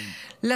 הגיבור הזה.